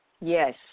Yes